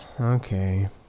Okay